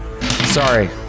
Sorry